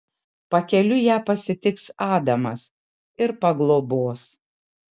pakeliui ją pasitiks adamas ir paglobos